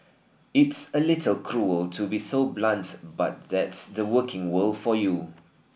it's a little cruel to be so blunt but that's the working world for you